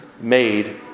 made